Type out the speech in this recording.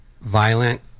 violent